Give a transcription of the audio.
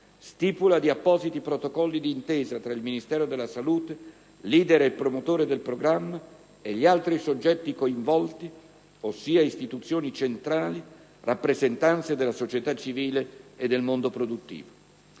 stipula di appositi protocolli di intesa tra il Ministero della salute, *leader* e promotore del programma, e gli altri soggetti coinvolti, ossia istituzioni centrali, rappresentanze della società civile e del mondo produttivo.